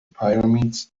pyramids